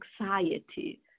anxiety